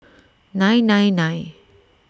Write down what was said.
nine nine nine